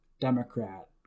Democrat